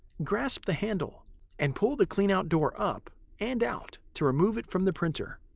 grasp the handle and pull the cleanout door up and out to remove it from the printer.